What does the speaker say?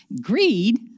Greed